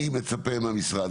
אני מצפה מהמשרד,